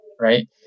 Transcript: right